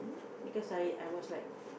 because I I was like